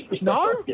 No